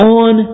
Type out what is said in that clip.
on